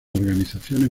organizaciones